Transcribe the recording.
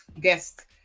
guest